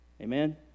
Amen